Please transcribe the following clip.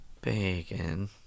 Bacon